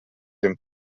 dem